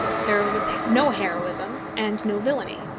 there was no heroism and no villainy.